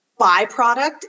byproduct